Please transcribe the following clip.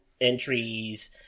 entries